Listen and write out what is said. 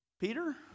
Peter